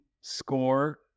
score